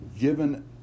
given